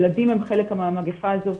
ילדים הם חלק מהמגיפה הזאת,